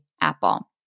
Apple